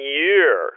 year